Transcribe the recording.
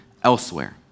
Elsewhere